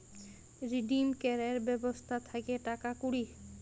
redeem ক্যরের ব্যবস্থা থাক্যে টাকা কুড়ি